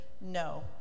no